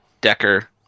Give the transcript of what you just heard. decker